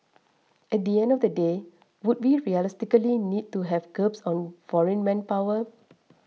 at the end of the day would we realistically need to have curbs on foreign manpower